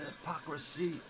Hypocrisy